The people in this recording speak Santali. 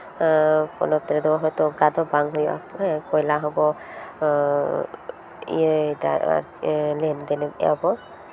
ᱯᱚᱱᱚᱛ ᱨᱮᱫᱚ ᱦᱚᱭᱛᱚ ᱚᱱᱠᱟᱫᱚ ᱵᱟᱝ ᱦᱩᱭᱩᱜᱼᱟ ᱦᱮᱸ ᱠᱚᱭᱞᱟ ᱦᱚᱸᱠᱚ ᱤᱭᱟᱹᱭ ᱫᱟᱭ ᱟᱨᱠᱤ ᱞᱮᱱᱫᱮᱱ ᱮᱜ ᱜᱮᱭᱟ ᱠᱚ